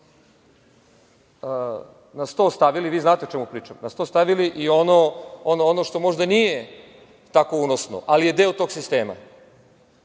na sto stavili, vi znate o čemu pričam, i ono što možda nije tako unosno, ali je deo tog sistema,